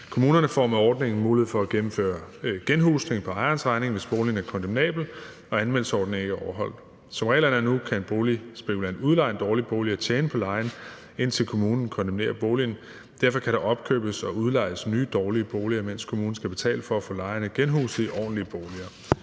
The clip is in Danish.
Kommunerne får med ordningen mulighed for at gennemføre genhusning på ejerens regning, hvis boligen er kondemnabel og anvendelsesordningen ikke er overholdt. Som reglerne er nu, kan en boligspekulant udleje en dårlig bolig og tjene på lejen, indtil kommunen kondemnerer boligen. Derfor kan der opkøbes og udlejes nye dårlige boliger, mens kommunen skal betale for at få lejerne genhuset i ordentlige boliger.